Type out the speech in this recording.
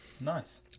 nice